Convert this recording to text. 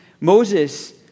Moses